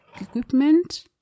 equipment